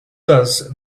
does